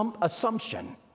assumption